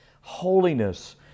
holiness